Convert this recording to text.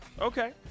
okay